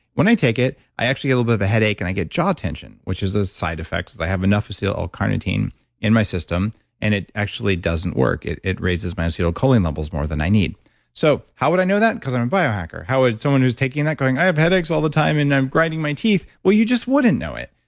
when i take it, i actually get a little bit of a headache and i get jaw tension, which is a side effect. because i have enough acetyl l carnitine in my system and it actually doesn't work. it it raises my acetylcholine levels more than i need so how would i know that? because i'm a biohacker, how would someone who's taking that going, i have headaches all the time and i'm grinding my teeth. well, you just wouldn't know it.